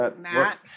Matt